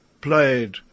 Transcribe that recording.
played